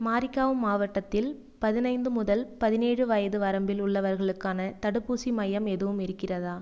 மாரிகாவ் மாவட்டத்தில் பதினைந்து முதல் பதினேழு வரை வயது வரம்பில் உள்ளவர்களுக்கான தடுப்பூசி மையம் எதுவும் இருக்கிறதா